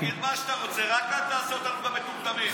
תגיד מה שאתה רוצה, רק אל תעשה אותנו גם מטומטמים.